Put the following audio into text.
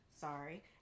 sorry